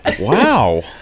Wow